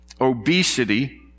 obesity